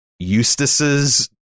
Eustace's